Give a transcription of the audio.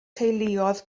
teuluoedd